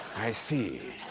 i see.